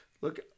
Look